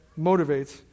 motivates